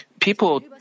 people